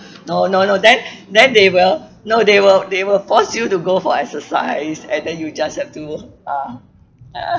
no no no then then they will no they will they will force you to go for exercise and then you just have to loh ah